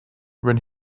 when